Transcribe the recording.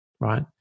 Right